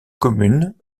commune